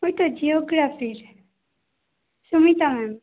ওই তো জিওগ্রাফির সুমিতা ম্যাম